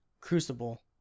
Crucible